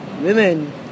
Women